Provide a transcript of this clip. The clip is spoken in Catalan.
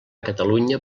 catalunya